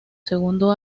segundo